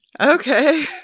okay